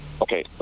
Okay